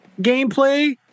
gameplay